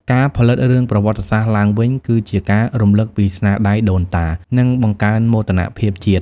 ការផលិតរឿងប្រវត្តិសាស្ត្រឡើងវិញ គឺជាការរំលឹកពីស្នាដៃដូនតា និងបង្កើនមោទនភាពជាតិ។